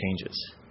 changes